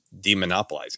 demonopolizing